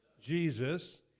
Jesus